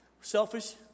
selfish